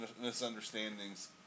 misunderstandings